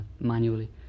manually